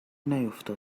نیفتاد